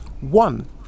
One